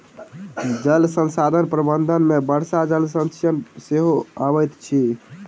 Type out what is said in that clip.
जल संसाधन प्रबंधन मे वर्षा जल संचयन सेहो अबैत अछि